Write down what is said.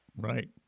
Right